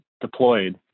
deployed